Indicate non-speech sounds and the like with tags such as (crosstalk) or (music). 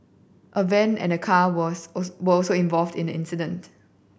a van and car was (unintelligible) were also involved in the incident